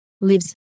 lives